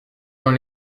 dans